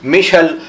Michel